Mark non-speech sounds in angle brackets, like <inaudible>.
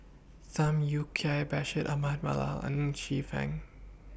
Tham Yui Kai Bashir Ahmad Mallal and Ng Chee fan <noise>